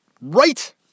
Right